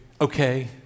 okay